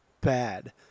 bad